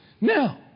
Now